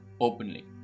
openly